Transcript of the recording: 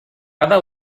cada